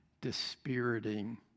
dispiriting